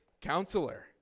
counselor